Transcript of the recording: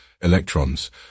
electrons